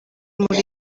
muri